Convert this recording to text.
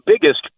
biggest